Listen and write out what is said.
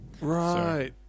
Right